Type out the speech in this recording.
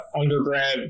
undergrad